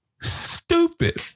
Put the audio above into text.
stupid